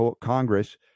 Congress